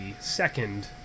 second